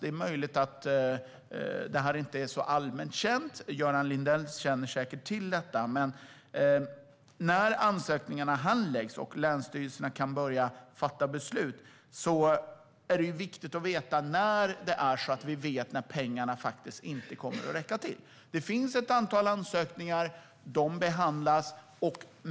Det är möjligt att detta inte är allmänt känt - Göran Lindell känner säkert till det - men när ansökningarna handläggs och länsstyrelserna kan börja fatta beslut är det viktigt att känna till när vi vet att pengarna inte kommer att räcka till. Det finns ett antal ansökningar, och de behandlas.